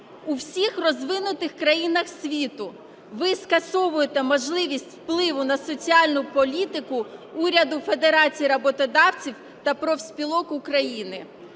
у всіх розвинутих країнах світу. Ви скасовуєте можливість впливу на соціальну політику уряду, Федерації роботодавців та профспілок України.